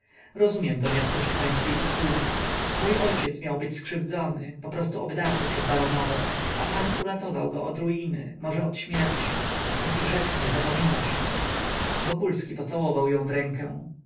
rozumiem doniosłość pańskiej usługi mój ojciec miał być skrzywdzony poprostu obdarty przez baronowę a pan uratował go od ruiny może od śmierci takich rzeczy nie zapomina się wokulski pocałował ją w rękę